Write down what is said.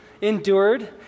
endured